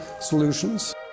solutions